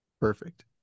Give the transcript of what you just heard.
Perfect